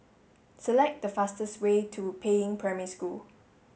select the fastest way to Peiying Primary School